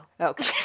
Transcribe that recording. Okay